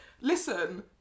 Listen